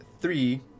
three